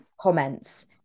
comments